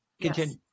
Continue